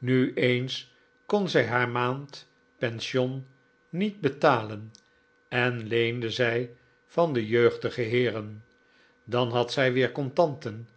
nu eens kon zij haar maand pension niet betalen en leende zij van de jeugdige heeren dan had zij weer contanten